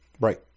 Right